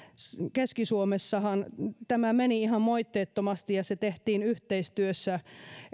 keski suomessahan tämä meni ihan moitteettomasti ja se tehtiin yhteistyössä